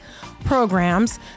programs